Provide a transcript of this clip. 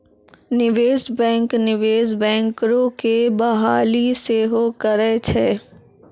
निवेशे बैंक, निवेश बैंकरो के बहाली सेहो करै छै